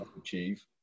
achieve